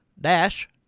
dash